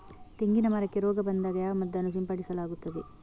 ತೆಂಗಿನ ಮರಕ್ಕೆ ರೋಗ ಬಂದಾಗ ಯಾವ ಮದ್ದನ್ನು ಸಿಂಪಡಿಸಲಾಗುತ್ತದೆ?